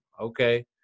Okay